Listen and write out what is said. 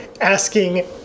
asking